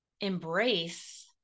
embrace